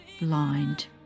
blind